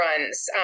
runs